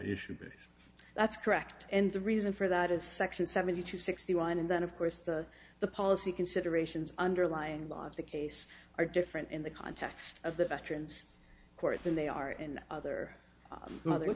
basis that's correct and the reason for that is section seventy two sixty one and then of course the the policy considerations underlying law of the case are different in the context of the veterans court than they are in the other mother